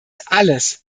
alles